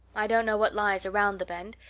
i don't know what lies around the bend,